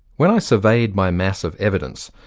when i surveyed my mass of evidence,